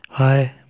Hi